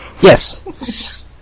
yes